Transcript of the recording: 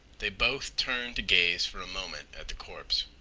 they both turned to gaze for a moment at the corpse.